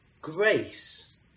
Grace